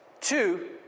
Two